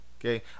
Okay